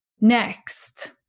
Next